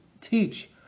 teach